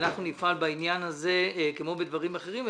ונפעל בעניין הזה כמו בדברים אחרים.